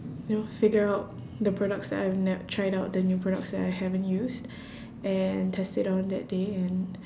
you know figure out the products that I've ne~ tried out the new products that I haven't used and test it out on that day and